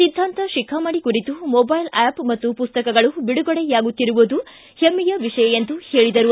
ಸಿದ್ಧಾಂತ ಶಿಖಾಮಣಿ ಕುರಿತು ಮೊಬೈಲ್ ಆ್ಕಷ್ ಮತ್ತು ಪುಸ್ತಕಗಳು ಬಿಡುಗಡೆಯಾಗುತ್ತಿರುವುದು ಹೆಮ್ಮೆಯ ವಿಷಯವಾಗಿದೆ ಎಂದರು